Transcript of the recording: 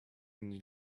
and